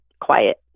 quiet